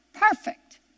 perfect